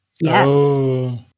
Yes